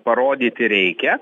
parodyti reikia